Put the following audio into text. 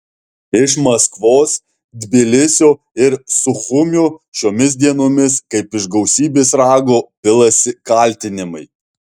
iš maskvos tbilisio ir suchumio šiomis dienomis kaip iš gausybės rago pilasi kaltinimai